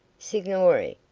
signori,